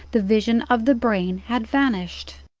the vision of the brain had vanished.